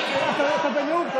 אתה בנאום.